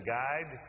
guide